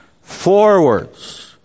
forwards